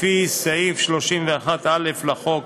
לפי סעיף 31א לחוק,